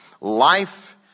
Life